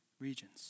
regions